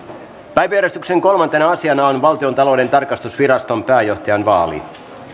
päiväjärjestyksen kolmantena asiana on valtiontalouden tarkastusviraston pääjohtajan vaali